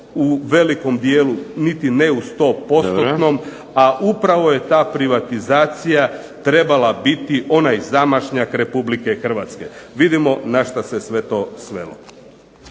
u velikom dijelu, niti ne u 100%, a upravo je ta privatizacija trebala biti onaj zamašnjak Republike Hrvatske. Vidimo na što se sve to svelo.